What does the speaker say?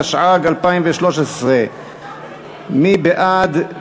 התשע"ג 2013. מי בעד,